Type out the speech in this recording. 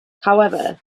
however